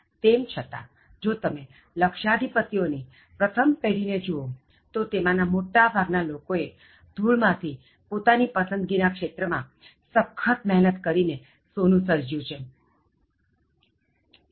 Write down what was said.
તેમ છતાં જો તમે લક્ષ્યાધિપતિઓ ની પ્રથમ પેઢીને જુવો તો તેમાના મોટા ભાગ ના લોકો એ ધૂળ માંથી પોતાના પસંદગી ના ક્ષેત્ર માં સખત મહેનત કરીને સંપત્તિનું સર્જન કર્યું છે